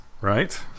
right